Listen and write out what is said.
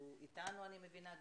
שהוא נמצא איתנו, אני מבינה.